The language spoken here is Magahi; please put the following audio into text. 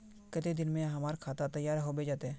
केते दिन में हमर खाता तैयार होबे जते?